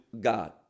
god